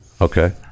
Okay